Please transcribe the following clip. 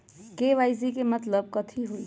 KYC के मतलब कथी होई?